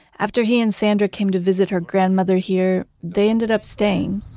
after he and sandra came to visit her grandmother here, they ended up staying,